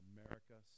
America